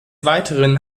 weiteren